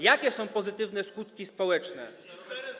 Jakie są pozytywne skutki społeczne?